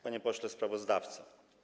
Panie Pośle Sprawozdawco!